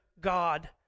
God